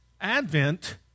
Advent